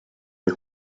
per